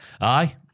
Aye